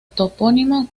topónimo